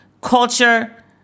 culture